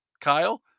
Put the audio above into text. Kyle